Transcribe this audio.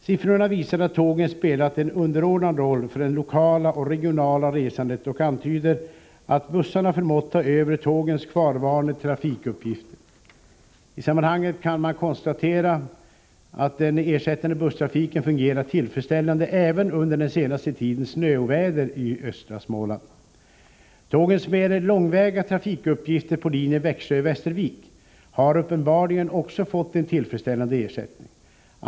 Siffrorna visar att tågen spelat en underordnad roll för det lokala och regionala resandet och antyder att bussarna förmått ta över tågens kvarvarande trafikuppgifter. I sammanhanget kan man konstatera att den ersättande busstrafiken fungerat tillfredsställande även under den senaste tidens snöoväder i östra Småland. Tågens mer långväga trafikuppgifter på linjen Växjö-Västervik har uppenbarligen också fått en tillfredsställande ersättning.